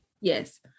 Yes